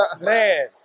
Man